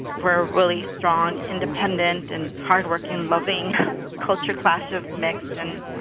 we're really strong, independent, and hardworking, loving culture clash of mix and,